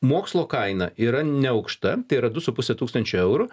mokslo kaina yra neaukšta tai yra du su puse tūkstančio eurų